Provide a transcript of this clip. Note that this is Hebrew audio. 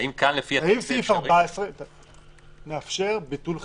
האם סעיף 14 מאפשר ביטול חלקי?